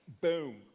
boom